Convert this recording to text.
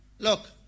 Look